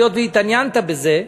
היות שהתעניינת בזה,